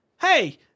Hey